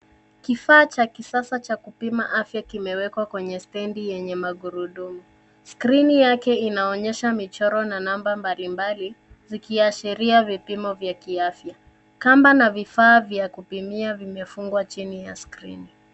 Kifaa cha kisasa cha kupima afya kimewekwa kwenye stendi yenye magurudumu. Skrini yake inaonyesha michoro na namba mbalimbali, zikiashiria vipimo vya kiafya. Kamba na vifaa vya kupimia vimefungwa chini ya skrini.